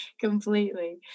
completely